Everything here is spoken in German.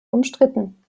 umstritten